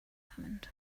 examined